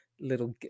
little